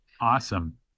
Awesome